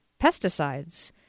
pesticides